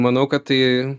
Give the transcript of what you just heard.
manau kad tai